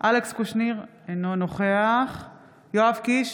אלכס קושניר, אינו נוכח יואב קיש,